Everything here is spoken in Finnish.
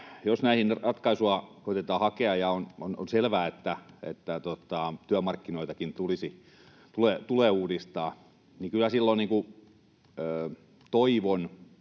jos näihin koetetaan hakea ratkaisua — ja on selvää, että työmarkkinoitakin tulee uudistaa — niin kyllä silloin voisi